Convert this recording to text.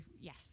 yes